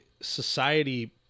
Society